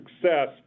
success